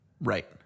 Right